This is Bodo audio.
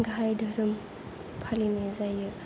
गाहाय धोरोम फालिनाय जायो